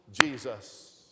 Jesus